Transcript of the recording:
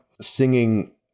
singing